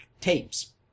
tapes